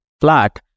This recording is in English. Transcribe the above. flat